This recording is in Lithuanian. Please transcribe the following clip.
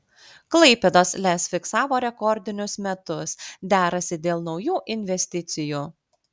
klaipėdos lez fiksavo rekordinius metus derasi dėl naujų investicijų